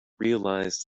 realised